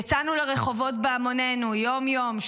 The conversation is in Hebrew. יצאנו לרחובות בהמונינו יום-יום,